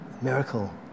miracle